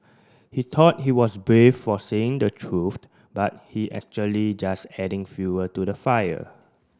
he thought he was brave for saying the truth but he actually just adding fuel to the fire